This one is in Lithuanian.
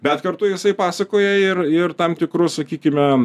bet kartu jisai pasakoja ir ir tam tikrus sakykime